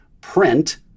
print